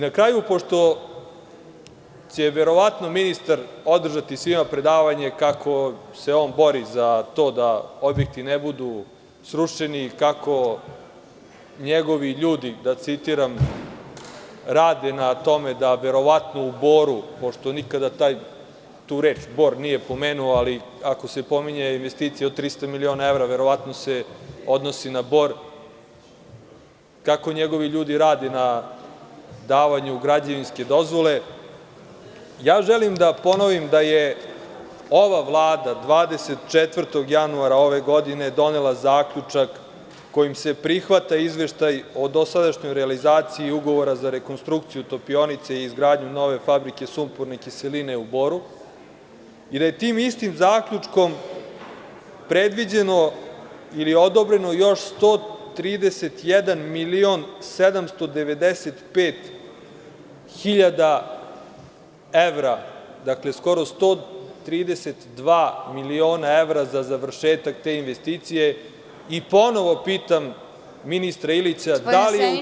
Na kraju, pošto će verovatno ministar održati svima predavanje kako se on bori za to da objekti ne budu srušeni, kako njegovi ljudi, da citiram, rade na tome da verovatno u Boru, pošto nikada tu reč Bor nije pomenuo, ali ako se pominje investicija od 300 miliona evra, verovatno se odnosi na Bor, kako njegovi ljudi rade na davanju građevinske dozvole, želim da ponovim da je ova vlada 24. januara ove godine donela Zaključak kojim se prihvata Izveštaj o dosadašnjoj realizaciji Ugovora za rekonstrukciju topionice i izgradnju nove fabrike sumporne kiseline u Boru i da je istim tim Zaključkom predviđeno ili odobreno još 131.795.000 evra, dakle, skoro 132.000.000 evra za završetak te investicije i ponovo pitam ministra Ilića da li je u trenutku…